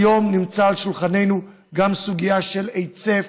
כיום נמצאת על שולחננו גם הסוגיה של היצף,